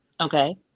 okay